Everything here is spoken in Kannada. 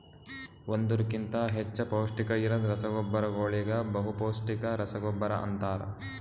ಒಂದುರ್ ಕಿಂತಾ ಹೆಚ್ಚ ಪೌಷ್ಟಿಕ ಇರದ್ ರಸಗೊಬ್ಬರಗೋಳಿಗ ಬಹುಪೌಸ್ಟಿಕ ರಸಗೊಬ್ಬರ ಅಂತಾರ್